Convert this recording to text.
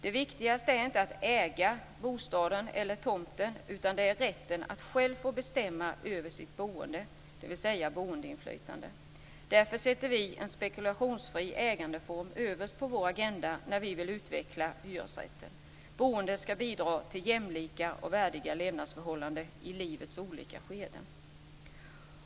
Det viktigaste är inte att äga bostaden eller tomten, utan det är rätten att själv få bestämma över sitt boende, dvs. boendeinflytande. Därför sätter vi en spekulationsfri ägandeform överst på vår agenda när vi vill utveckla hyresrätten. Boendet ska bidra till jämlika och värdiga levnadsförhållanden i livets olika skeden.